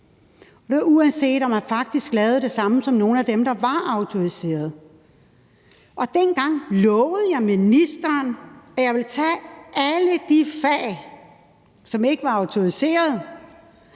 uanset at de faktisk lavede det samme som nogle af dem, der var autoriserede. Dengang lovede jeg ministeren, at jeg ville tage alle de fag, som ikke var autoriserede,